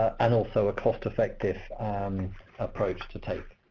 and also a cost-effective um approach to take.